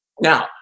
Now